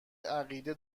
عقیده